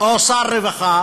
או שר רווחה